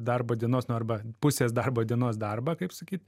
darbo dienos nu arba pusės darbo dienos darbą kaip sakyt